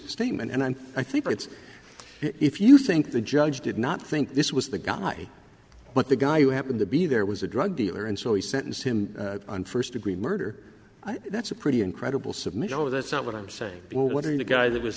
statement and i think it's if you think the judge did not think this was the guy but the guy who happened to be there was a drug dealer and so he sentenced him on first degree murder that's a pretty incredible submit oh that's not what i'm saying what are you a guy that was